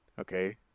Okay